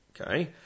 Okay